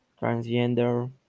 transgender